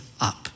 up